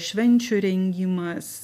švenčių rengimas